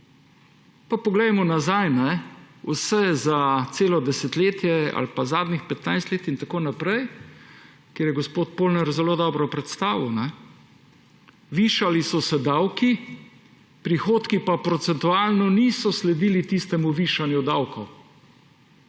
Pa poglejmo nazaj, vse za celo desetletje ali pa zadnjih 15 let in tako naprej, kar je gospod Polnar zelo dobro predstavil, višali so se davki, prihodki pa procentualno niso sledili tistemu višanju davkov.